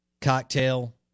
cocktail